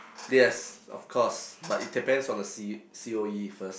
yes of course but it depends on the C~ C_O_E first